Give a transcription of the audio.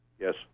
Yes